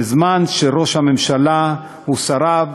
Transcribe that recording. בזמן שראש הממשלה ושריו